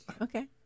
Okay